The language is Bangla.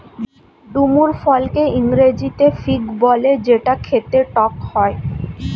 ডুমুর ফলকে ইংরেজিতে ফিগ বলে যেটা খেতে টক হয়